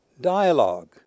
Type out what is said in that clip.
Dialogue